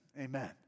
amen